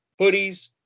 hoodies